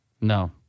No